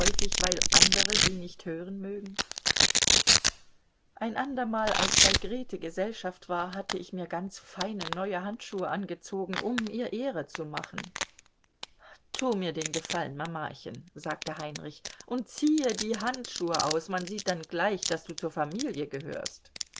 weil andere sie nicht hören mögen ein ander mal als bei grete gesellschaft war hatte ich mir ganz feine neue handschuhe angezogen um ihr ehre zu machen tu mir den gefallen mamachen sagte heinrich und ziehe die handschuhe aus man sieht dann gleich daß du zur familie gehörst